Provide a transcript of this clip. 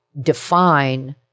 define